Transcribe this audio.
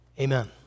Amen